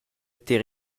tier